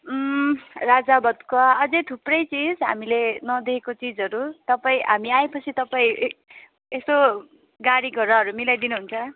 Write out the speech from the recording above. राजाभात खावा अझै थुप्रै चिज हामीले नदेखेको चिजहरू तपाईँ हामी आएपछि तपाईँ यसो गाडीघोडाहरू मिलाइदिनु हुन्छ